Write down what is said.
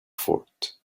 fort